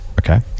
Okay